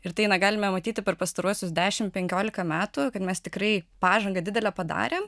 ir tai na galime matyti per pastaruosius dešim penkiolika metų kad mes tikrai pažangą didelę padarėm